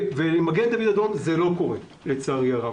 למגן דוד אדום זה לא קורה, לצערי הרב.